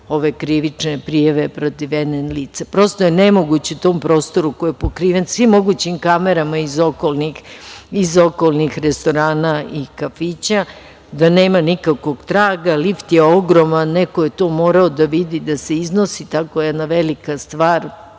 ove krivične prijave protiv NN lica. Prosto je nemoguće u tom prostoru koji je pokriven svim mogućim kamerama iz okolnih restorana i kafića, da nema nikakvog traga. Lift je ogroman. Neko je to morao da vidi da se iznosi, tako jedna velika stvar,